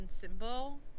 symbol